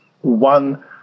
one